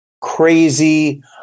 crazy